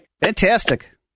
Fantastic